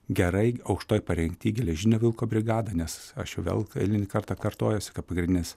gerai aukštoj parengty geležinio vilko brigadą nes aš jau vėl eilinį kartą kartojuosi kad pagrindinis